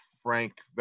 Frank